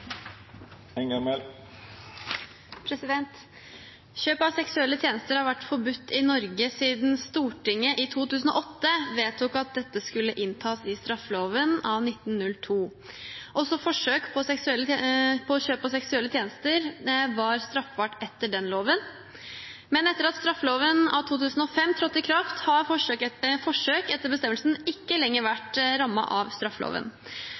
Kjøp av seksuelle tjenester har vært forbudt i Norge siden Stortinget i 2008 vedtok at dette skulle inntas i straffeloven av 1902. Også forsøk på kjøp av seksuelle tjenester var straffbart etter den loven, men etter at straffeloven av 2005 trådte i kraft, har forsøk – etter bestemmelsen – ikke lenger vært rammet av straffeloven.